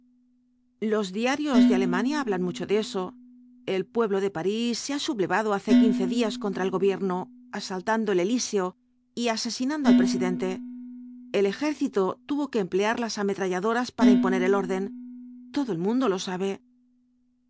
los diarios de alemania hablan mucho de eso el pueblo de parís se ha sublevado hace quince días contra el gobierno asaltando el elíseo y asesinando al presidente el ejército tuvo que emplear las ametralladoras para imponer el orden todo el mundo lo sabe pero